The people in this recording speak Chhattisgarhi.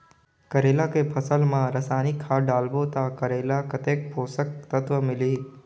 करेला के फसल मा रसायनिक खाद डालबो ता करेला कतेक पोषक तत्व मिलही?